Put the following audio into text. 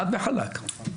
חד וחלק.